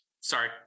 Sorry